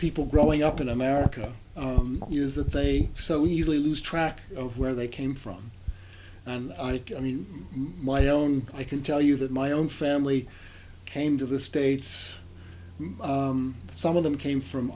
people growing up in america is that they so easily lose track of where they came from and i mean my own i can tell you that my own family came to the states some of them came from